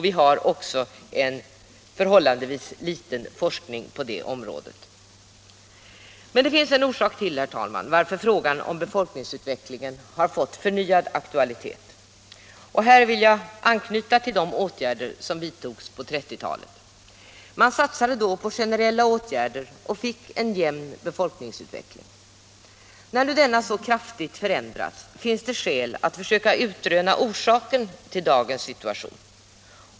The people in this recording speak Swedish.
Vi har också en förhållandevis liten forskning på det området. Men det finns ännu en orsak till att frågan om befolkningsutvecklingen fått förnyad aktualitet. Jag vill här anknyta till de åtgärder som vidtogs på 1930-talet. Man satsade då på generella åtgärder och fick en jämn befolkningsutveckling. När nu denna så kraftigt förändrats finns det skäl att försöka utröna om orsaken till dagens situation.